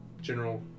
general